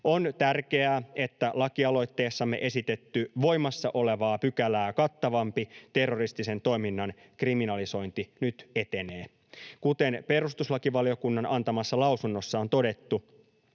On tärkeää, että lakialoitteessamme esitetty voimassa olevaa pykälää kattavampi terroristisen toiminnan kriminalisointi nyt etenee. Kuten perustuslakivaliokunnan antamassa lausunnossa on todettu,